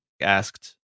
asked